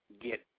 get